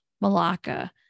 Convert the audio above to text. Malacca